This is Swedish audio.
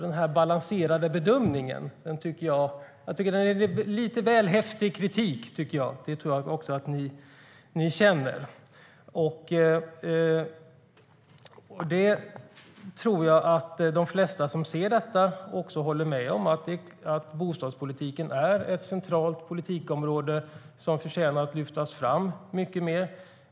Jag tycker därför att kritiken är lite väl häftig, och det tycker nog även de borgerliga ledamöterna. De flesta som ser debatten tror jag håller med om att bostadspolitiken är ett centralt politikområde som förtjänar att lyftas fram mycket mer.